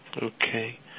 Okay